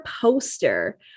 poster